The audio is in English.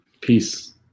Peace